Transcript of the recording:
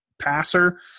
passer